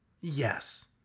Yes